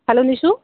hello Nishu